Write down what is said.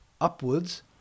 upwards